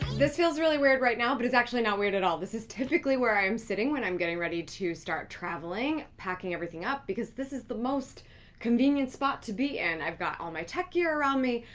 this feels really weird right now, but it's actually not weird at all. this is typically where i'm sitting when i'm getting ready to start traveling, packing everything up, because this is the most convenient spot to be in. i've got all my tech gear around me,